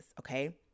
Okay